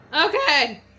okay